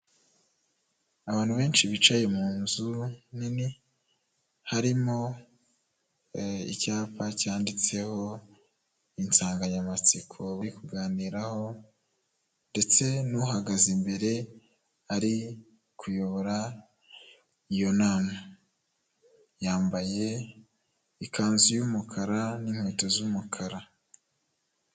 Abantu benshi bicaye mu nzu nini, harimo icyapa cyanditseho insanganyamatsiko yo kuganiraho, ndetse n'uhagaze imbere ari kuyobora iyo nama. Yambaye ikanzu y'umukara n'inkweto z'umukara.